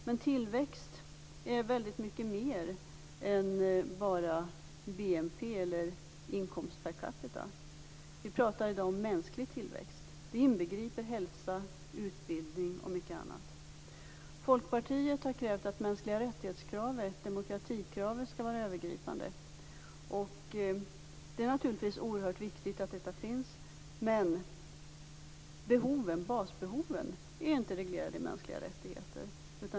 Men tillväxt är väldigt mycket mer än bara BNP eller inkomst per capita. Vi pratar i dag om mänsklig tillväxt. Det inbegriper hälsa, utbildning och mycket annat. Folkpartiet har krävt att kravet på uppfyllandet av de mänskliga rättigheterna, demokratikravet, skall vara övergripande. Det är naturligtvis oerhört viktigt att detta finns, men basbehoven är inte reglerade i de mänskliga rättigheterna.